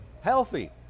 healthy